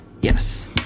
yes